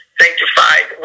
sanctified